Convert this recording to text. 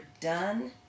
done